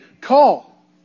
call